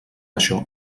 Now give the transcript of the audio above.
això